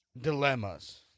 dilemmas